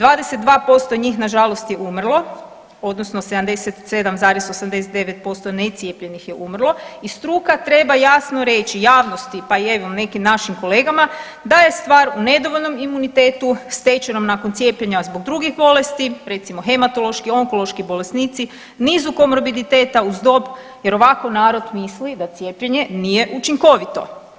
22% njih nažalost je umrlo odnosno 77,89% necijepljenih je umrlo i struka treba jasno reći javnosti pa i evo nekim našim kolegama da je stvar u nedovoljnom imunitetu stečenom nakon cijepljenja zbog drugih bolesti recimo hematološki, onkološki bolesnici, nizu komorbiditeta uz dob jer ovako narod misli da cijepljenje nije učinkovito.